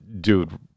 dude